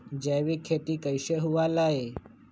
जैविक खेती कैसे हुआ लाई?